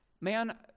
Man